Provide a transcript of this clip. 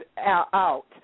out